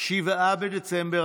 7 בדצמבר